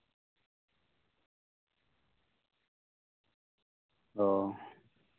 ᱚᱸᱻ